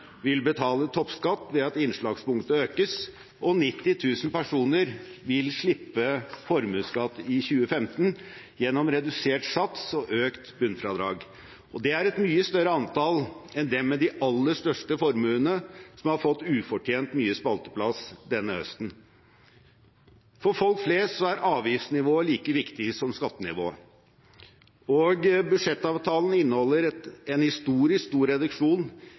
vil betale toppskatt ved at innslagspunktet økes, og 90 000 personer vil slippe formuesskatt i 2015 gjennom redusert sats og økt bunnfradrag. Dette er et mye større antall enn dem med de aller største formuene, som har fått ufortjent mye spalteplass denne høsten. For folk flest er avgiftsnivået like viktig som skattenivået, og budsjettavtalen inneholder en historisk stor reduksjon